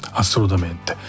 assolutamente